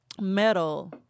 metal